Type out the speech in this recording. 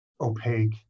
opaque